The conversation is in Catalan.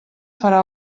farà